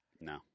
No